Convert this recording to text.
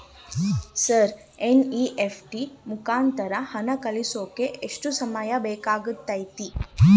Sir NEFT ಮುಖಾಂತರ ಹಣ ಕಳಿಸೋಕೆ ಎಷ್ಟು ಸಮಯ ಬೇಕಾಗುತೈತಿ?